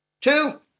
Two